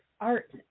art